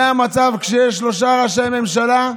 זה המצב כשיש שלושה ראשי ממשלה,